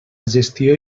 gestió